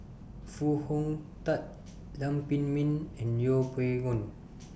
Foo Hong Tatt Lam Pin Min and Yeng Pway Ngon